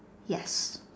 yes